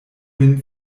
lin